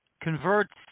Converts